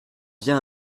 viens